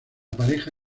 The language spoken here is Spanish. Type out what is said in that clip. pareja